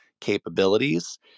capabilities